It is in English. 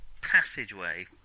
passageway